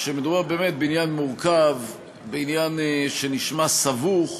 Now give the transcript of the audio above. שמדובר באמת בעניין מורכב, בעניין שנשמע סבוך.